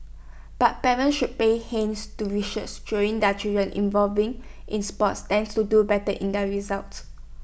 but parents should pay hence to research showing that children involving in sports tend to do better in their results